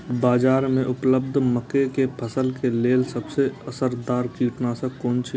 बाज़ार में उपलब्ध मके के फसल के लेल सबसे असरदार कीटनाशक कुन छै?